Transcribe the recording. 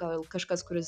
gal kažkas kuris